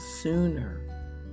sooner